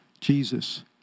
Jesus